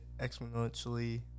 exponentially